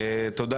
תודה